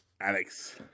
Alex